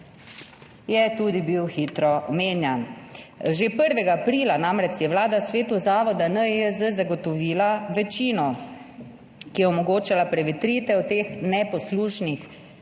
je tudi bil hitro menjan. Že 1. aprila si je Vlada namreč v svetu zavoda NIJZ zagotovila večino, ki je omogočala prevetritev teh neposlušnih